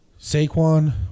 Saquon